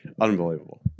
Unbelievable